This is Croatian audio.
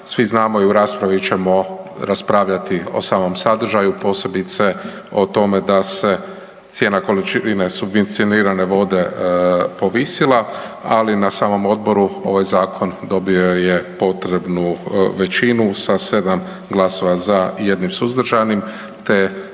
Svi znamo i u raspravi ćemo raspravljati o samom sadržaju posebice o tome da se cijena količine subvencionirane vode povisila, ali na samom odboru ovaj zakon dobio je potrebnu većinu sa 7 glasova za i 1 suzdržanim te će